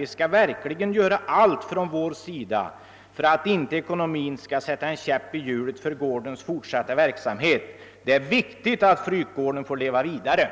Vi skall verkligen göra allt från vår sida för att inte ekonomin skall sätta en käpp i hjulet för gårdens fortsatta verksamhet, säger byrådirektör Nordin och tillägger, att det är viktigt att Frykgår den får leva vidare.